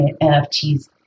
NFTs